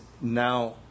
now